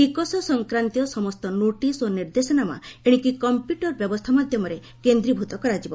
ଟିକସ ସଂକ୍ରାନ୍ତୀୟ ସମସ୍ତ ନୋଟିସ୍ ଓ ନିର୍ଦ୍ଦେଶନାମା ଏଣିକି କମ୍ପ୍ୟୁଟର ବ୍ୟବସ୍ଥା ମାଧ୍ୟମରେ କେନ୍ଦ୍ରୀଭୂତ କରାଯିବ